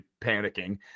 panicking